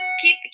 keep